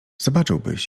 zobaczyłbyś